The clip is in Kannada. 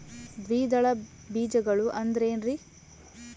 ದ್ವಿದಳ ಬೇಜಗಳು ಅಂದರೇನ್ರಿ?